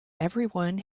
everyone